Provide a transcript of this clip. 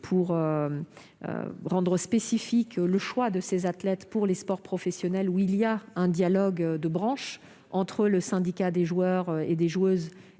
à rendre spécifique le choix de ces athlètes pour les sports professionnels où il existe un dialogue de branches entre le syndicat des joueurs et des joueuses